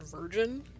virgin